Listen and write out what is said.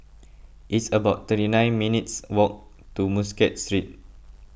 it's about thirty nine minutes' walk to Muscat Street